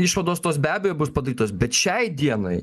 išvados tos be abejo bus padarytos bet šiai dienai